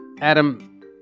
Adam